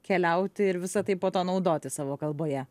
keliauti ir visa tai po to naudoti savo kalboje